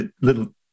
little